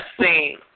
see